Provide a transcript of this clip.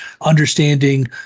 understanding